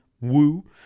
Woo